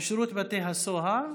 בשירות בתי הסוהר.